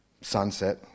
sunset